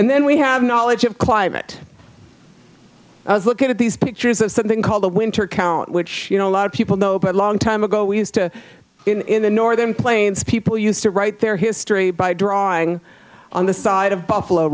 and then we have knowledge of climate as look at these pictures of something called the winter count which you know a lot of people know about a long time ago we used to in the northern plains people used to write their history by drawing on the side of buffalo